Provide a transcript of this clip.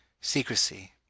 Secrecy